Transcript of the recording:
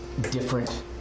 Different